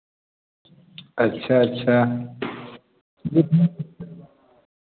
अच्छा अच्छा